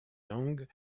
langues